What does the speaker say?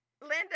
Linda